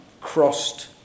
crossed